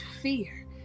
fear